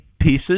pieces